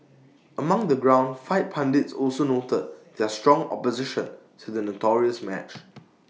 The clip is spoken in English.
among the ground fight pundits also noted their strong opposition to the notorious match